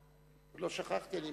לא שכחתי, אני